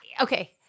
Okay